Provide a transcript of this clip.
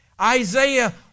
Isaiah